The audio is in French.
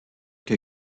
que